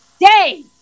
day